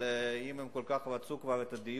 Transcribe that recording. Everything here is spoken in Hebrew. אם הם כל כך רצו את הדיון,